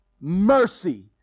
mercy